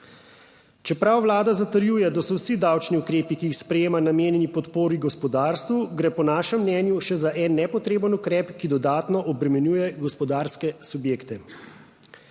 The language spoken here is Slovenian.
Čeprav vlada zatrjuje, da so vsi davčni ukrepi, ki jih sprejema, namenjeni podpori gospodarstvu, gre po našem mnenju še za en nepotreben ukrep, ki dodatno obremenjuje gospodarske subjekte.